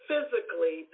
Physically